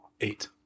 Eight